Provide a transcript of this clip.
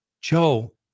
Joe